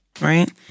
right